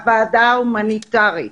הוועדה ההומניטרית